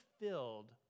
filled